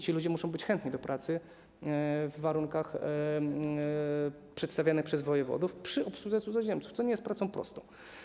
Ci ludzie muszą być chętni do pracy w warunkach przedstawianych przez wojewodów przy obsłudze cudzoziemców, co nie jest pracą prostą.